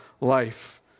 life